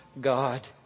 God